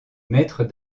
mètres